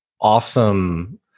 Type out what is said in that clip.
awesome